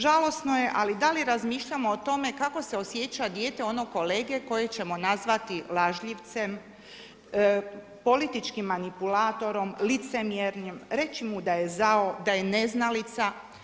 Žalosno je ali da li razmišljamo o tome, kako se osjeća dijete onog kolege, koji ćemo nazvati lažljivcem, političkim manipulatorom, licemjernim, reći mu da je žao, da je neznalica.